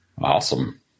Awesome